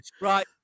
right